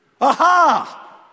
Aha